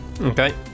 Okay